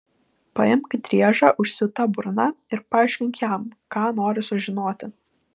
paimk driežą užsiūta burna ir paaiškink jam ką nori sužinoti